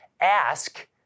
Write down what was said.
ask